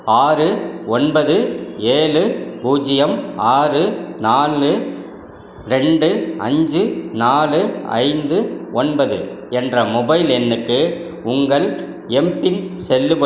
ஆறு ஒன்பது ஏழு பூஜ்ஜியம் ஆறு நான்கு ரெண்டு அஞ்சி நாலு ஐந்து ஒன்பது என்ற மொபைல் எண்ணுக்கு உங்கள் எம்பின் செல்லுபடியாகாது